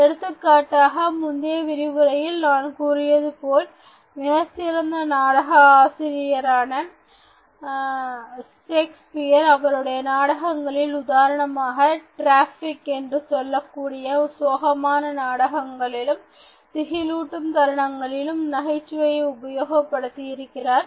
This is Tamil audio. எடுத்துக்காட்டாக முந்தைய விரிவுரையில் நான் கூறியது போல் மிகச் சிறந்த நாடக ஆசிரியரான ஷேக்ஸ்பியர் அவருடைய நாடகங்களில் உதாரணமாக ட்ராஜிக் என்று சொல்லக்கூடிய சோகமான நாடகங்களிலும் திகிலூட்டும் தருணங்களிலும் நகைச்சுவையை உபயோகப்படுத்தி இருக்கிறார்